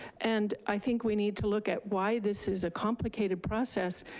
and i think we need to look at why this is a complicated process.